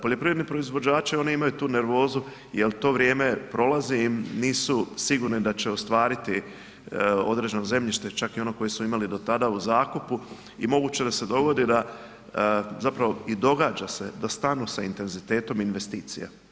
Poljoprivredni proizvođači oni imaju tu nervozu jer to vrijeme prolazi im, nisu sigurni da će ostvariti određene zemljište, čak i ono koje su imali do tada u zakupu i moguće da se dogodi da zapravo i događa se, da stanu s intenzitetom investicija.